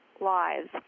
lives